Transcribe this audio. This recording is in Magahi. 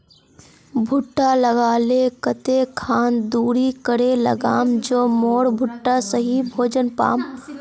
भुट्टा लगा ले कते खान दूरी करे लगाम ज मोर भुट्टा सही भोजन पाम?